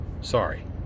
sorry